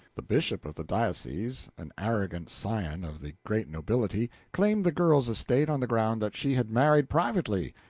the bishop of the diocese, an arrogant scion of the great nobility, claimed the girl's estate on the ground that she had married privately,